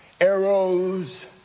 arrows